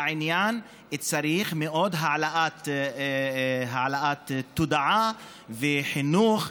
צריך בעניין הרבה העלאה לתודעה וחינוך,